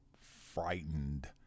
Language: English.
frightened